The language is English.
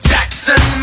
Jackson